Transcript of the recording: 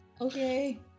Okay